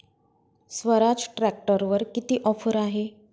स्वराज ट्रॅक्टरवर किती ऑफर आहे?